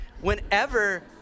whenever